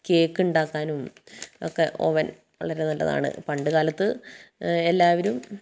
കേക്കുണ്ടാക്കാനും ഒക്കെ ഓവൻ വളരെ നല്ലതാണ് പണ്ടുകാലത്ത് എല്ലാവരും